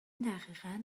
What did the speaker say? دقیقا